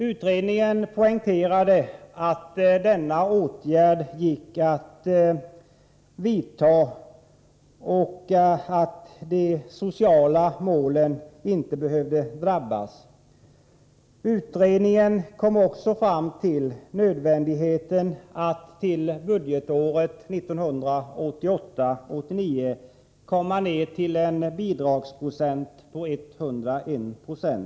Utredningen poängterade att denna åtgärd skulle kunna genomföras utan att de sociala målen åsidosätts. Utredningen kom också fram till nödvändigheten av att till budgetåret 1988/89 nå en bidragsprocent på 101 96.